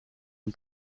een